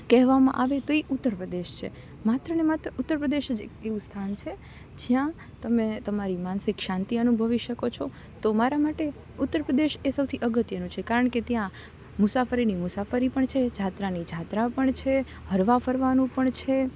કહેવામાં આવે તો એ ઉત્તર પ્રદેશ માત્રને માત્ર ઉત્તર પ્રદેશ જ એક એવું સ્થાન છે જ્યાં તમે તમારી માનસિક શાંતિ અનુભવી શકો છો તો મારા માટે ઉત્તર પ્રદેશ એ સૌથી અગત્યનું છે કારણ કે ત્યાં મુસાફરીની મુસાફરી પણ છે જાત્રાની જાત્રા પણ છે હરવા ફરવાનું પણ છે